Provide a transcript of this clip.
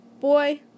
Boy